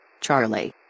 charlie